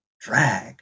drag